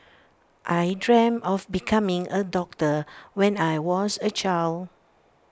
I dreamt of becoming A doctor when I was A child